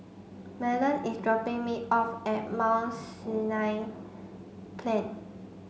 Mahlon is dropping me off at Mount Sinai Plain